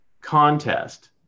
contest